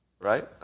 right